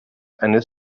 eines